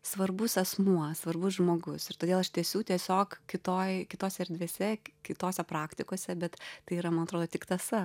svarbus asmuo svarbus žmogus ir todėl aš tęsiu tiesiog kitoj kitose erdvėse kitose praktikose bet tai yra man atrodo tik tąsa